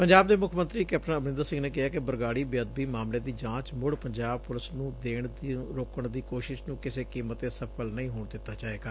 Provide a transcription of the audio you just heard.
ਪੰਜਾਬ ਦੇ ਮੁੱਖ ਮੰਤਰੀ ਕੈਪਟਨ ਅਮਰਿੰਦਰ ਸਿੰਘ ਨੇ ਕਿਹੈ ਕਿ ਬਰਗਾੜੀ ਬੇਅਦਬੀ ਮਾਮਲੇ ਦੀ ਜਾਂਚ ਮੁੜ ਪੰਜਾਬ ਪੁਲਿਸ ਨੂੰ ਦੇਣ ਤੋਂ ਰੋਕਣ ਦੀ ਕੋਸ਼ਿਸ਼ ਨੂੰ ਕਿਸੇ ਕੀਮਤ ਤੇ ਸਫ਼ਲ ਨਹੀਂ ਹੋਣ ਦਿੱਤਾ ਜਾਏਗਾ